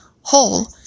Whole